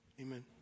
amen